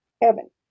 heaven